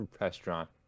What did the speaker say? restaurant